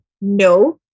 no